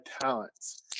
talents